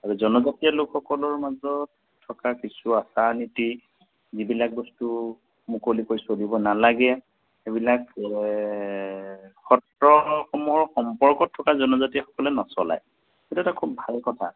আৰু জনজাতীয় লোকসকলৰ মাজত থকা কিছু আচাৰ নীতি যিবিলাক বস্তু মুকলিকৈ চলিব নালাগে সেইবিলাক সত্ৰসমূহৰ সম্পৰ্কত থকা জনজাতীয়সকলে নচলায় সেইটো এটা খুব ভাল কথা